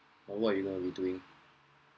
on what you know I will be doing